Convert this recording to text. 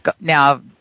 now